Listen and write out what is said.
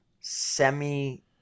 Semi